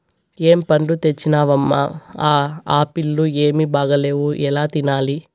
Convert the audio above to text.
ఏం పండ్లు తెచ్చినవమ్మ, ఆ ఆప్పీల్లు ఏమీ బాగాలేవు ఎలా తినాలి